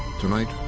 tonight,